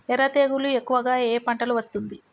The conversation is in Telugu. ఎర్ర తెగులు ఎక్కువగా ఏ పంటలో వస్తుంది?